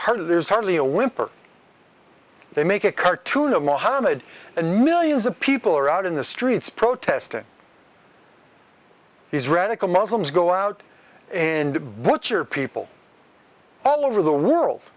heard there's hardly a whimper they make a cartoon of mohammed and millions of people are out in the streets protesting these radical muslims go out and butcher people all over the world